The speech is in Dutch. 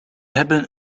hebben